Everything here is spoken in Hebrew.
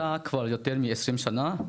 ואתה יותר מעשרים שנה,